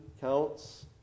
counts